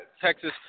Texas